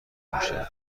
میشم، تو